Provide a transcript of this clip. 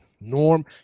Norm